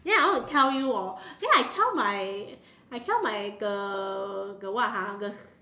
ya I want to tell you orh then I tell my I tell my the the what ha the